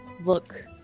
look